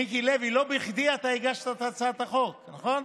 מיקי לוי, לא בכדי אתה הגשת את הצעת החוק, נכון?